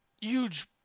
Huge